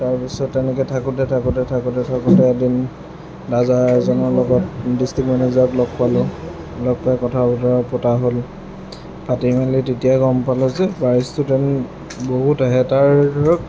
তাৰপিছত তেনেকৈ থাকোঁতে থাকোঁতে থাকোঁতে থাকোঁতে এদিন দাদা এজনৰ লগত ডিষ্ট্ৰিক্ট মেনেজাৰক লগ পালোঁ লগ পাই কথা বতৰা পতা হ'ল পাতি মেলি তেতিয়া গম পালোঁ যে পাৰ ষ্টুডেণ্ট বহুত আহে তাৰ ধৰক